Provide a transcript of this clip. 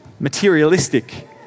Materialistic